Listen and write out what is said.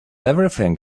everything